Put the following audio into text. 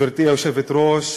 גברתי היושבת-ראש,